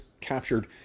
captured